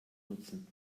nutzen